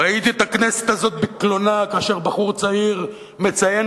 ראיתי את הכנסת הזאת בקלונה כאשר בחור צעיר מציין